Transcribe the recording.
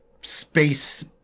space